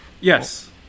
Yes